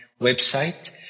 website